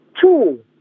Two